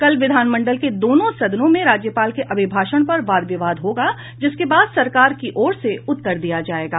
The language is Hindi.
कल विधानमंडल के दोनों सदनों में राज्यपाल के अभिभाषण पर वाद विवाद होगा जिसके बाद सरकार की ओर से उत्तर दिया जायेगा